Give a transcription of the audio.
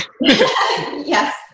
Yes